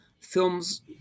films